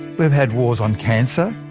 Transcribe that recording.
we've had wars on cancer,